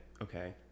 okay